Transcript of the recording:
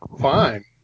Fine